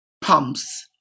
pumps